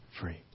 free